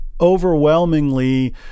overwhelmingly